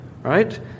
right